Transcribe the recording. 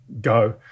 go